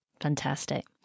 Fantastic